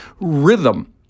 rhythm